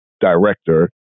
director